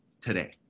today